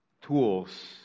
tools